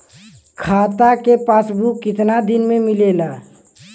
खाता के पासबुक कितना दिन में मिलेला?